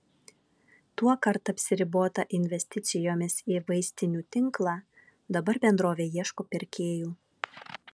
tuokart apsiribota investicijomis į vaistinių tinklą dabar bendrovė ieško pirkėjų